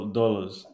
dollars